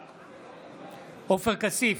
בעד עופר כסיף,